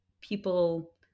people